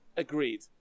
Agreed